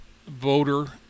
voter